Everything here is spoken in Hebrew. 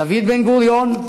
דוד בן-גוריון,